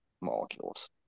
molecules